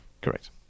Correct